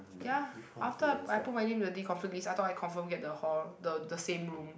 ya after I I put my name in the deconflict list I thought I confirm get the hall the the same room